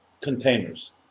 containers